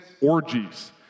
orgies